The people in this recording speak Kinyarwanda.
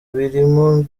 birimo